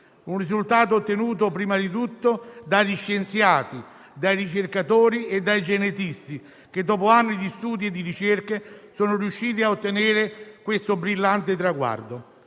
Un risultato ottenuto prima di tutto dagli scienziati, dai ricercatori e dai genetisti che, dopo anni di studi e ricerche, sono riusciti a ottenere questo brillante traguardo.